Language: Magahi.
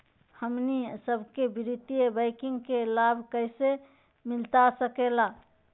हमनी सबके वित्तीय बैंकिंग के लाभ कैसे मिलता सके ला?